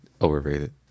Overrated